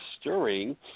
stirring